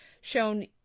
shown